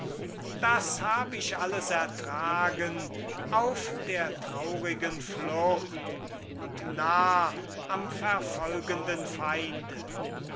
das hab ich alles ertragen auf der traurigen flucht und nah am verfolgenden feinde